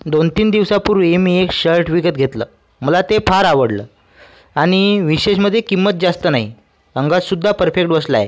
दोनतीन दिवसांपूर्वी मी एक शर्ट विकत घेतलं मला ते फार आवडलं आणि विशेषमध्ये किंमत जास्त नाही अंगात सुद्धा परफेक्ट बसला आहे